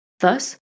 Thus